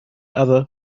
other